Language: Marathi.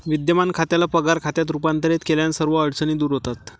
विद्यमान खात्याला पगार खात्यात रूपांतरित केल्याने सर्व अडचणी दूर होतात